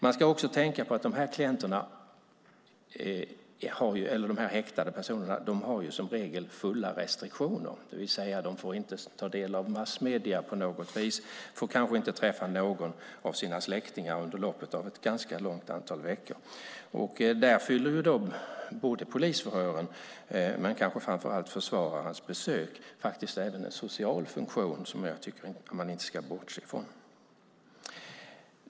Man ska också tänka på att de här häktade personerna som regel har fulla restriktioner, det vill säga de får inte ta del av massmedier på något vis. De får kanske inte träffa någon av sina släktingar under loppet av ett ganska stort antal veckor. Där fyller både polisförhören och kanske framför allt försvararens besök även en social funktion som jag tycker att man inte ska bortse ifrån.